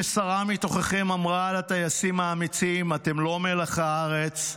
ששרה מתוככם אמרה על הטייסים האמיצים "אתם לא מלח הארץ,